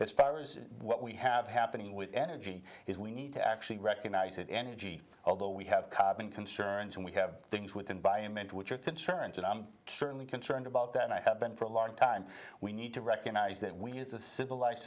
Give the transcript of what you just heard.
powers what we have happening with energy is we need to actually recognize that energy although we have concerns and we have things with environment which are concerns and certainly concerned about that and i have been for a long time we need to recognize that we as a civilized